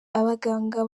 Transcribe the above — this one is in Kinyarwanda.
abaganga